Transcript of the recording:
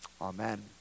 Amen